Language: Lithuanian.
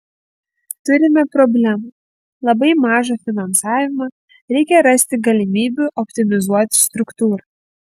turime problemą labai mažą finansavimą reikia rasti galimybių optimizuoti struktūrą